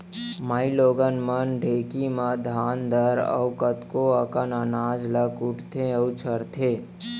माइलोगन मन ढेंकी म धान दार अउ कतको अकन अनाज ल कुटथें अउ छरथें